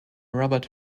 robert